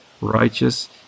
righteous